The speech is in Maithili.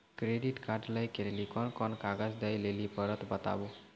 क्रेडिट कार्ड लै के लेली कोने कोने कागज दे लेली पड़त बताबू?